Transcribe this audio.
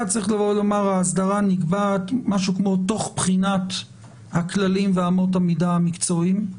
צריך לומר: "האסדרה נקבעת תוך בחינת הכללים ואמות המידה המקצועיים".